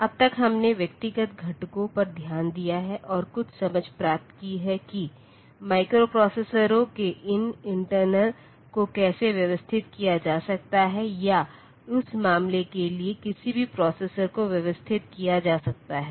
अब तक हमने व्यक्तिगत घटकों पर ध्यान दिया है और कुछ समझ प्राप्त की हैं कि माइक्रोप्रोसेसरों के इन इंटर्नल को कैसे व्यवस्थित किया जा सकता है या उस मामले के लिए किसी भी प्रोसेसर को व्यवस्थित किया जा सकता है